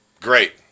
Great